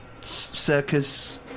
circus